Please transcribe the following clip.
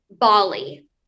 Bali